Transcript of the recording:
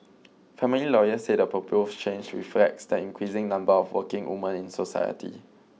family lawyers said the proposed change reflects the increasing number of working women in society